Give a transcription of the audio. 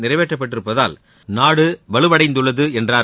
நிறைவேற்றப்பட்டிருப்பதால் நாடு வலுவடைந்துள்ளது என்றார்